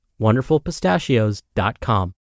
wonderfulpistachios.com